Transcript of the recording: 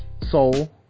Soul